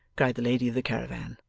cried the lady of the caravan,